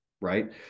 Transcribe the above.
right